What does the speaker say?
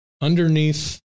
underneath